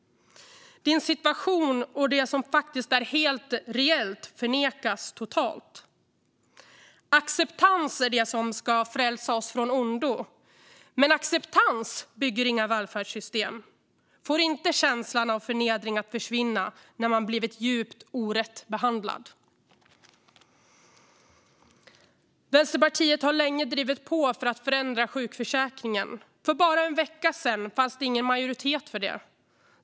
Din situation och det som faktiskt är helt reellt förnekas totalt. Acceptans är det som ska frälsa oss från ondo. Men acceptans bygger inga välfärdsystem. Det får inte känslan av förnedring att försvinna när man har blivit djupt orätt behandlad. Vänsterpartiet har länge drivit på för att förändra sjukförsäkringen. För bara en vecka sedan fanns det ingen majoritet för det.